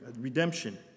redemption